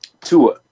Tua